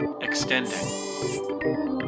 Extending